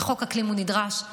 וחוק אקלים הוא נדרש,